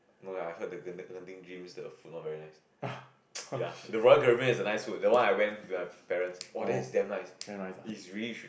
ah oh shit oh damn nice ah